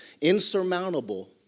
insurmountable